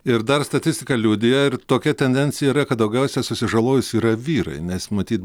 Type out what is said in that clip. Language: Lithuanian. ir dar statistika liudija ir tokia tendencija yra kad daugiausiai susižalojusių yra vyrai nes matyt